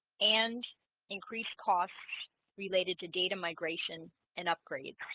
and increased costs related to data migration and upgrade